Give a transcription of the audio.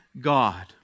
God